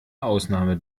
ausnahme